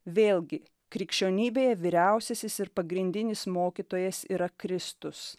vėlgi krikščionybėje vyriausiasis ir pagrindinis mokytojas yra kristus